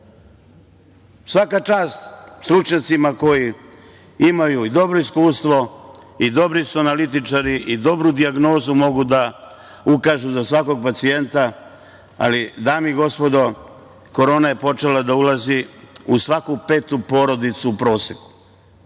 Svaka čast stručnjacima koji imaju i dobro iskustvo i dobri su analitičari i dobru dijagnozu mogu da ukažu za svakog pacijenta, ali dame i gospodo, korona je počela da ulazi u svaku petu porodicu u proseku